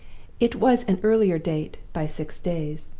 it was an earlier date, by six days,